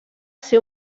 ser